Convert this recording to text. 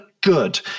good